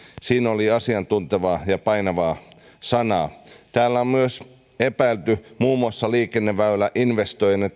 siinä oli asiantuntevaa ja painavaa sanaa täällä on myös epäilty muun muassa onko liikenneväyläinvestointeja